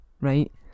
right